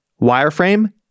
Wireframe